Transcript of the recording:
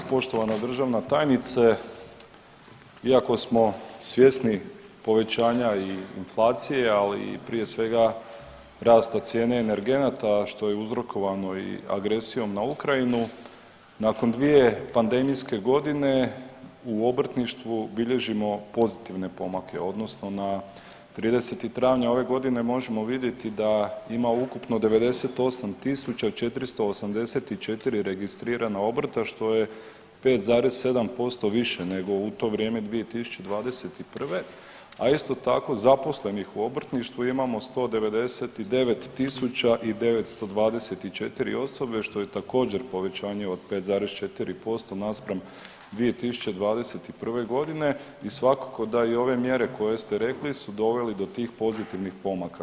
Poštovana državna tajnice, iako smo svjesni povećanja i inflacije, ali i prije svega rasta cijene energenata, a što je uzrokovano i agresijom na Ukrajinu, nakon 2 pandemijske godine u obrtništvu bilježimo pozitivne pomake odnosno na 30. travnja ove godine možemo vidjeti da ima ukupno 98.484 registrirana obrta što je 5,7% više nego u to vrijeme 2021., a isto tako zaposlenih u obrtništvu imamo 199.924 osobe što je također povećanje od 5,4% naspram 2021. godine i svakako da i ove mjere koje ste rekli su doveli do tih pozitivnih pomaka.